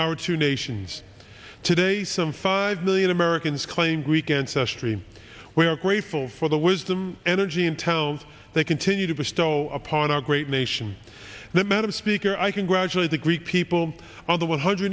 our two nations today some five million americans claim greek ancestry we are grateful for the wisdom energy in town they continue to push though upon our great nation the madam speaker i congratulate the greek people on the one